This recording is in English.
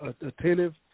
attentive